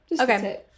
Okay